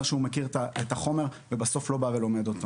שהוא מכיר את החומר ובסוף לא בא ולומד אותו.